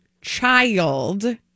child